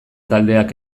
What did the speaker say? taldeak